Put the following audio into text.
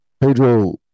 Pedro